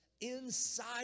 inside